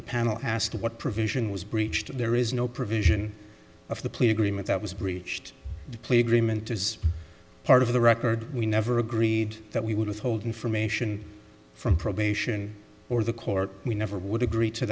the panel asked what provision was breached there is no provision of the plea agreement that was breached the plea agreement is part of the record we never agreed that we would withhold information from probation or the court we never would agree to